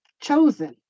chosen